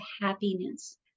happiness